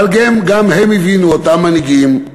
אבל גם הם הבינו, אותם מנהיגים,